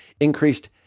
increased